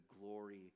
glory